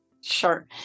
Sure